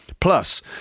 Plus